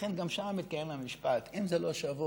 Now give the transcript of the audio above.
ולכן גם שם מתקיים המשפט: אם זה לא שבור,